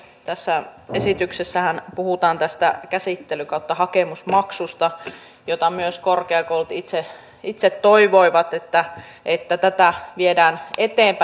tässä esityksessähän puhutaan tästä käsittely tai hakemusmaksusta josta korkeakoulut myös itse toivoivat että tätä viedään eteenpäin